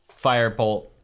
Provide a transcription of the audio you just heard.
firebolt